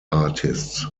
artists